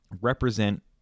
represent